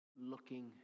looking